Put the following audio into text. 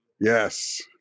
Yes